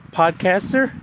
podcaster